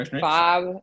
Bob